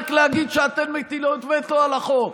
רק להגיד שאתן מטילות וטו על החוק,